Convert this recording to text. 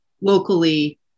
locally